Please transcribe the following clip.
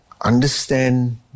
Understand